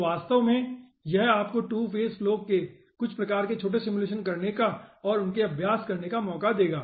तो वास्तव में यह आपको 2 फेज फ्लो के कुछ प्रकार के छोटे सिमुलेशन करने का और इनका अभ्यास करने का मौका देगा